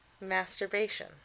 Masturbation